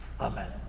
Amen